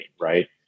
right